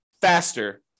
faster